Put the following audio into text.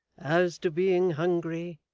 as to being hungry,